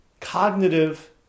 cognitive